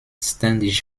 ständig